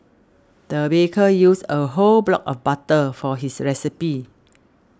the baker used a whole block of butter for his recipe